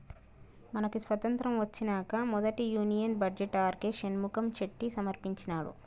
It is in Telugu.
మనకి స్వతంత్రం ఒచ్చినంక మొదటి union budget R K Shanmukham Chetty సమర్పించినాడు